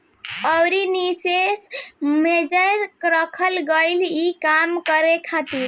अउरी निवेश मैनेजर रखल गईल ई काम करे खातिर